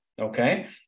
Okay